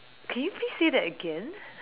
can you please say that again